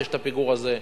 כשיש הפיגור הזה,